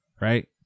right